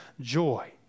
joy